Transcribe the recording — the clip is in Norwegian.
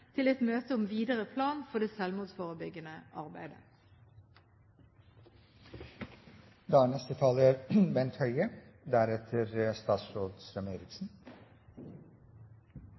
til et møte om videre plan for det selvmordsforebyggende arbeidet. Det er